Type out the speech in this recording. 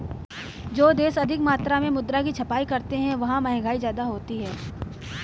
जो देश अधिक मात्रा में मुद्रा की छपाई करते हैं वहां महंगाई ज्यादा होती है